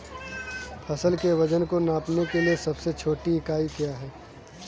फसल के वजन को नापने के लिए सबसे छोटी इकाई क्या है?